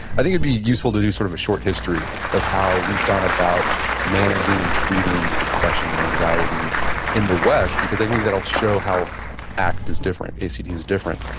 i think it'd be useful to do sort of a short history of how we've gone about managing and treating depression and anxiety in the west, because i think that'll show how act is different, a c t is different.